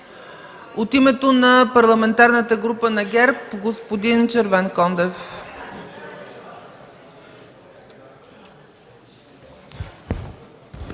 От името на Парламентарната група на ГЕРБ – господин Червенкондев.